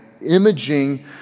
Imaging